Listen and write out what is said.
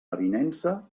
avinença